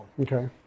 Okay